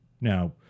Now